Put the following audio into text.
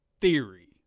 theory